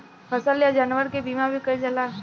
फसल आ जानवर के बीमा भी कईल जाला